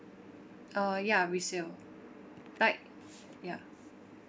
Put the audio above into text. uh ya resale like ya